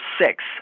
six